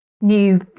new